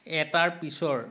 এটাৰ পিছৰ